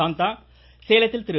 சாந்தா சேலத்தில் திரு